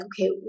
okay